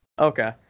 Okay